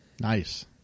Nice